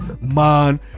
man